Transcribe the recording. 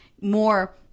more